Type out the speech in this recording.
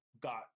got